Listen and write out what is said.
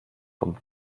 vom